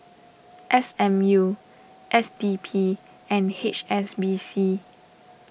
S M U S D P and H S B C